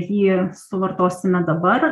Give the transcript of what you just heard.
jį suvartosime dabar